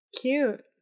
Cute